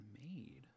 made